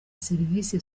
serivise